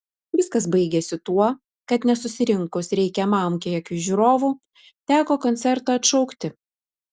viskas baigėsi tuo kad nesusirinkus reikiamam kiekiui žiūrovų teko koncertą atšaukti